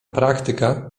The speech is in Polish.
praktyka